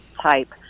type